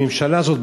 הממשלה הזאת,